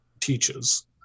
teaches